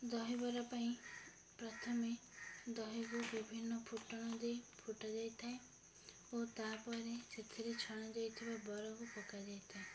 ଦହିବରା ପାଇଁ ପ୍ରଥମେ ଦହିକୁ ବିଭିନ୍ନ ଫୁଟଣ ଦେଇ ଫୁଟାଯାଇ ଥାଏ ଓ ତା'ପରେ ସେଥିରେ ଛଣାଯାଇ ଥିବା ବରାକୁ ପକାଯାଇ ଥାଏ